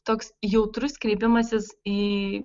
toks jautrus kreipimasis į